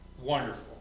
wonderful